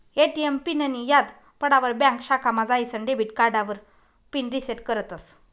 ATM पिननीं याद पडावर ब्यांक शाखामा जाईसन डेबिट कार्डावर पिन रिसेट करतस